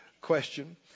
question